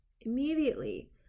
immediately